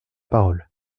parole